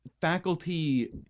faculty